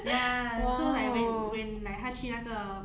ya so like when when like 她去那个